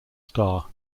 star